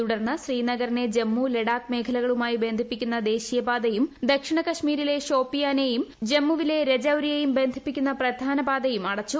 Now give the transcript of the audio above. തുടർന്ന് ശ്രീനഗറിനെ ജമ്മു ലഡാക്ക് മേഖലകളുമായി ബന്ധിപ്പിക്കുന്ന ദേശീയ പാതയും ദക്ഷിണ കശ്മീരിലെ ഷോപിയാനെയും ജമ്മുവിലെ രജൌരിയെയും ബന്ധിപ്പിക്കുന്ന പ്രധാന പാതയും അടച്ചു